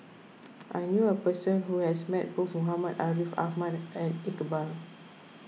I knew a person who has met both Muhammad Ariff Ahmad and Iqbal